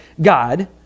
God